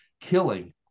killing